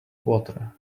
water